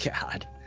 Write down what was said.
god